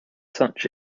such